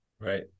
right